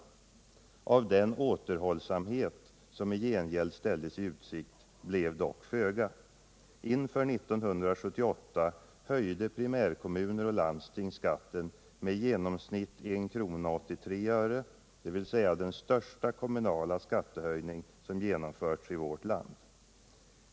Av den återhållsamhet som i gengäld ställdes i utsikt blev dock föga. Inför 1978 höjde primärkommuner och landsting skatten med i genomsnitt 1:83, dvs. den största kommunala skattehöjning som genomförts i vårt land.